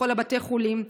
בכל בתי החולים,